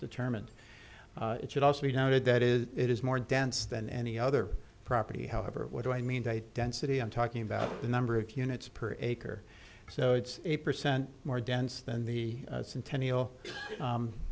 determined it should also be noted that is it is more dense than any other property however what do i mean by density i'm talking about the number of units per acre so it's eight percent more dense than the